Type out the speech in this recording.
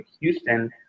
Houston